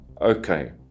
okay